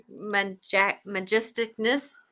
majesticness